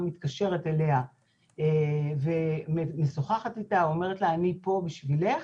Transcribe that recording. מתקשרת אליה ומשוחחת איתה ואומרת לה "אני פה בשבילך",